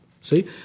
See